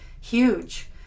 huge